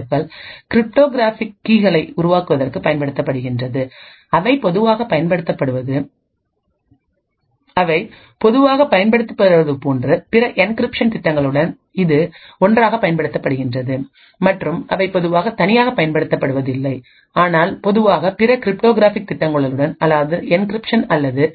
எஃப்கள்கிரிப்டோகிராஃபிக் கீகளை உருவாக்குவதற்குப் பயன்படுத்தப்படுகின்றன அவை பொதுவாகப் பயன்படுத்தப்படுவது போன்றபிறஎன்கிரிப்ஷன் திட்டங்களுடன் இது ஒன்றாகப் பயன்படுத்தப்படுகின்றன மற்றும் அவை பொதுவாக தனியாக பயன்படுத்தப்படுவதில்லை ஆனால் பொதுவாகபிற கிரிப்டோகிராஃபிக் திட்டங்களுடன் அதாவது என்கிரிப்ஷன் அல்லது